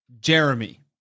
Jeremy